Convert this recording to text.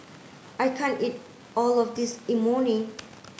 I can't eat all of this Imoni